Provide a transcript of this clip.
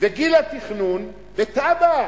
וגיל התכנון בתב"ע